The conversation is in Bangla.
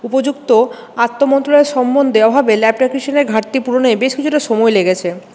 উপযুক্ত আত্মমন্ত্রণার সম্বন্ধে অভাবে ল্যাব টেকনিসিয়ানের ঘাটতি পুরনো বেশ কিছুটা সময় লেগেছে